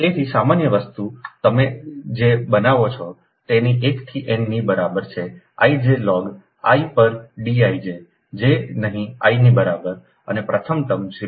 તેથી સામાન્ય વસ્તુ તમે જે બનાવો છો તે 1 થી n ની બરાબર છે ij લોગ 1 પર d ij j નહ I ની બરાબર અને પ્રથમ ટર્મ 0